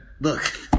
look